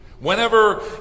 Whenever